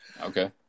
Okay